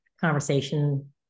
conversation